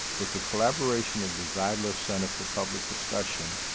with the collaboration of the zeidler center for public discussion,